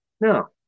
No